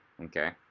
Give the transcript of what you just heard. okay